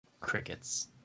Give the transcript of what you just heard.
Crickets